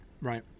right